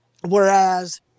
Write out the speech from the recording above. whereas